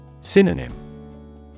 Synonym